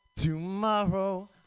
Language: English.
Tomorrow